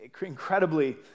incredibly